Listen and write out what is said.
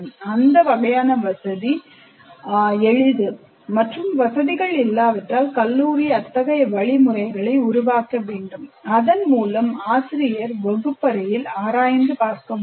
அந்த வகையான வசதி எளிது மற்றும் வசதிகள் இல்லாவிட்டால் கல்லூரி அத்தகைய வழிமுறைகளை உருவாக்க வேண்டும் அதன் மூலம் ஆசிரியர் வகுப்பறையில் செயல்முறை வடிவம் கொடுத்து விளக்க முடியும்